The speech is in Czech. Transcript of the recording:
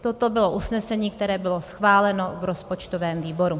Toto bylo usnesení, které bylo schváleno v rozpočtovém výboru.